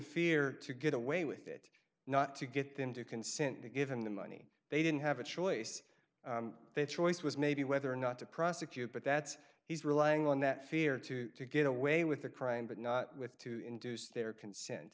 fear to get away with it not to get them to consent to give him the money they didn't have a choice they choice was maybe whether or not to prosecute but that's he's relying on that fear to get away with the crime but not with to induce their consent